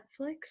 netflix